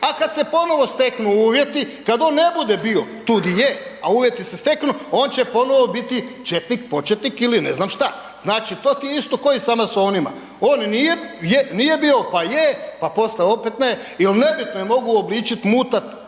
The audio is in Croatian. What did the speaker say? a kad se ponovo steknu uvjeti, kad on ne bude bio tu di je, a uvjeti se steknu, on će ponovo biti četnik početnik ili ne znam šta. Znači, to ti je isto ko i sa masonima, on nije, je, nije bio, pa je, pa poslije opet ne jel nebitno je mogu uobličit, mutat